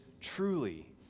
truly